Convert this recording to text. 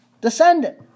descendant